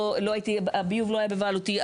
הביוב לא היה בבעלותי,